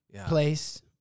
Place